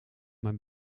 mijn